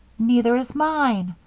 neither is mine,